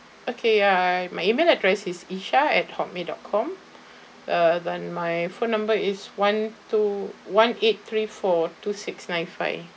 okay ya my email address is isha at Hotmail dot com uh then my phone number is one two one eight three four two six nine five